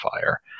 fire